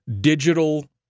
digital